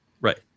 Right